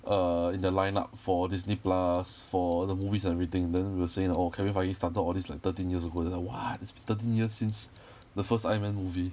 err in their line up for Disney Plus for the movies and everything then we were saying like orh kevin feige started all these like thirteen years ago then I was like what it's been thirteen years since the first Iron Man movie